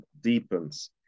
deepens